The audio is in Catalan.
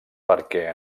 perquè